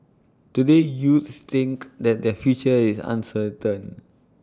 today youths think that their future is uncertain